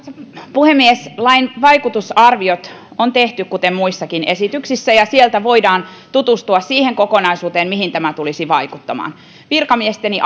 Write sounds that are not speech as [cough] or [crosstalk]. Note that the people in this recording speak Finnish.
puhemies lain vaikutusarviot on tehty kuten muissakin esityksissä ja sieltä voidaan tutustua siihen kokonaisuuteen mihin tämä tulisi vaikuttamaan virkamiesteni [unintelligible]